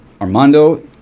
Armando